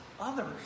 others